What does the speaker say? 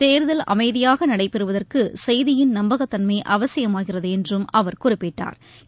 தேர்தல் அமைதியாக நடைபெறுவதற்கு செய்தியின் நம்பகத்தன்மை அவசியமாகிறது என்றும் அவர் குறிப்பிட்டாள்